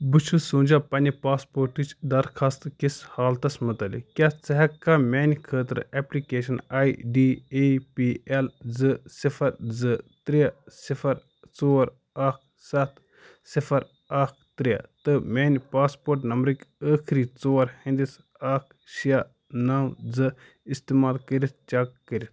بہٕ چھُس سونٛچان پنٛنہِ پاسپوٹٕچ درخاستٕکِس حالتس متعلق کیٛاہ ژٕ ہٮ۪ککھا میانہِ خٲطرٕ application I D A P L زٕ صِفر زٕ ترٛےٚ صِفر ژور اکھ سَتھ صِفر اکھ ترٛےٚ تہٕ میانہِ پاسپوٹ نمبرٕکۍ ٲخری ژور ہِنٛدِس اکھ شےٚ نو زٕ استعمال کٔرِتھ چیک کٔرِتھ